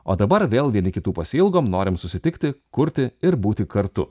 o dabar vėl vieni kitų pasiilgom norim susitikti kurti ir būti kartu